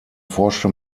forschte